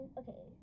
okay